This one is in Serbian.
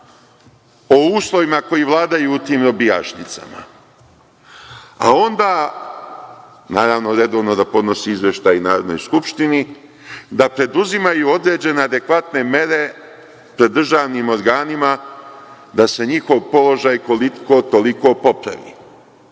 o uslovima koji vladaju u tim robijašnicama. Onda, naravno, redovno da podnosi izveštaj Narodnoj skupštini i da preduzima određene adekvatne mere pred državnim organima da se njihov položaj koliko toliko popravi.